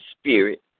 spirit